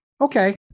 Okay